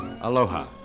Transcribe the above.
aloha